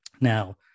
Now